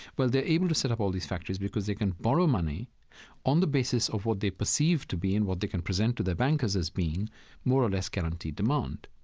well, they're able to set up all these factories because they can borrow money on the basis of what they perceive to be and what they can present to their bankers as being more or less guaranteed demand.